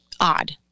odd